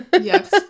Yes